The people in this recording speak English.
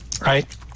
Right